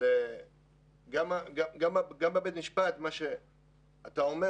גם בבית המשפט, מה שאתה אומר